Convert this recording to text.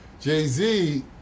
Jay-Z